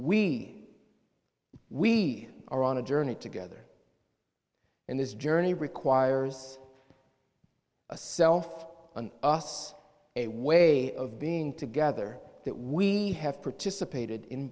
we we are on a journey together and this journey requires a self on us a way of being together that we have participated in